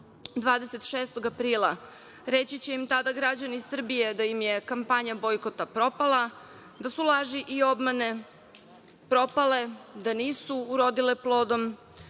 26. aprila, reći će im tada građani Srbije da im je kampanja bojkota propala, da su laži i obmane propale, da nisu urodile plodom.